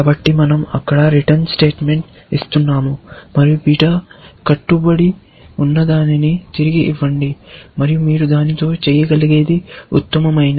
కాబట్టి మనం అక్కడ రిటర్న్ స్టేట్మెంట్ ఇస్తున్నాము మరియు బీటా కట్టుబడి ఉన్న దానిని తిరిగి ఇవ్వండి మరియు మీరు దీనితో చేయగలిగేది ఉత్తమమైనది